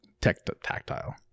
tactile